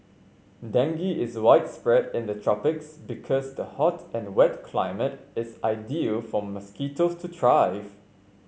dengue is widespread in the tropics because the hot and wet climate is ideal for mosquitoes to thrive